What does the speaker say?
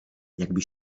jakby